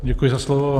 Děkuji za slovo.